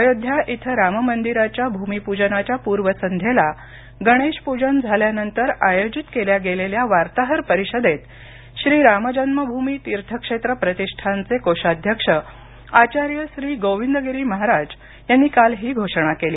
अयोध्या इथे राम मंदिराच्या भूमिपूजनाच्या पूर्व संध्येला गणेश पूजन झाल्यानंतर आयोजित केल्या गेलेल्या वार्ताहर परिषदेत श्रीरामजन्मभूमी तीर्थक्षेत्र प्रतिष्ठानाचे कोषाध्यक्ष आचार्य श्री गोविंददेव गिरी महाराज यांनी काल ही घोषणा केली